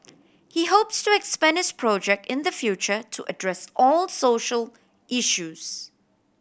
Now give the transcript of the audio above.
he hopes to expand his project in the future to address all social issues